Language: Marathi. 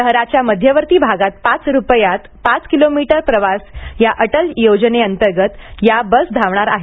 शहराच्या मध्यवर्ती भागात पाच रुपयात पाच किलोमीटर प्रवास या अटल योजनेअंतर्गत या बस धावणार आहेत